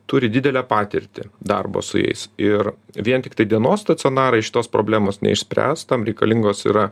turi didelę patirtį darbo su jais ir vien tiktai dienos stacionarai šitos problemos neišspręs tam reikalingos yra